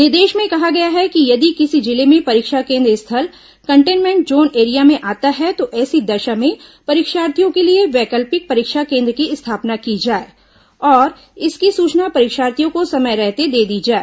निर्देश में कहा गया है कि यदि किसी जिले में परीक्षा केन्द्र स्थल कंटेनमेंट जोन एरिया में आता है तो ऐसी दशा में परीक्षार्थियों के लिए वैकल्पिक परीक्षा केन्द्र की स्थापना की जाए और इसकी सूचना परीक्षार्थियों को समय रहते दे दी जाए